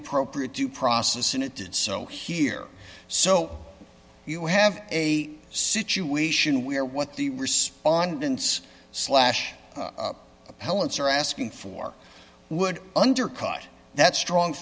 appropriate due process and it did so here so you have a situation where what the respondents slash appellants are asking for would undercut that strong